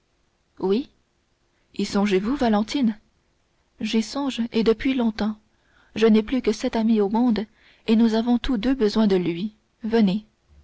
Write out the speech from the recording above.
oui y songez-vous valentine j'y songe et depuis longtemps je n'ai plus que cet ami au monde et nous avons tous deux besoin de lui venez